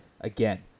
again